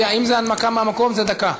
זה הנמקה מהמקום זה דקה.